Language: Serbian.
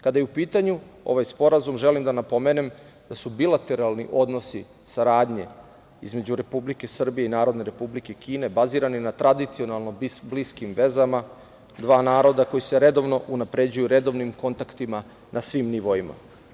Kada je u pitanju ovaj sporazum želim da napomenem da su bilateralni odnosi saradnje između Republike Srbije i Narodne Republike Kine bazirani na tradicionalno bliskim vezama dva naroda koji se redovno unapređuju, redovnim kontaktima na svim nivoima.